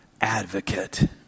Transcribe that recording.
advocate